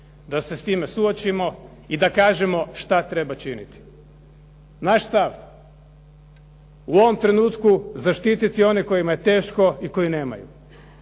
da se s time suočimo i da kažemo šta treba činiti. Naš stav u ovom trenutku zaštititi one kojima je teško i koji nemaju